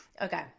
Okay